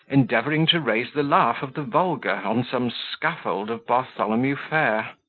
endeavouring to raise the laugh of the vulgar, on some scaffold of bartholomew fair.